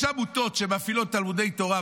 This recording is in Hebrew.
יש עמותות שמפעילות תלמודי תורה,